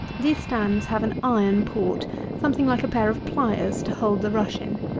these stands have an iron port something like a pair of pliers to hold the rush in,